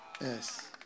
Yes